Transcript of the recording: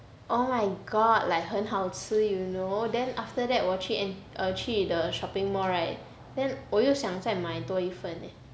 oh my god like 很好吃 you know then after that 我去我去 the shopping mall right then 我又想再买多一份 leh